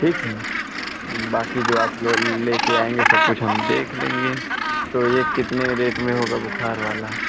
ठीक है बाकी जो आप लेकर आएँगे सब कुछ हम देख लेंगे तो यह कितने रेट में होगा बुखार वाला